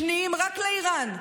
שניים רק לאיראן.